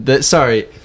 Sorry